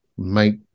make